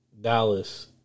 Dallas